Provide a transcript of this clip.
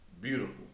beautiful